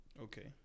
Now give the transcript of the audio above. Okay